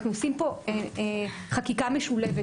אנחנו עושים פה חקיקה משולבת.